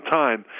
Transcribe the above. time